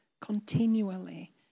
continually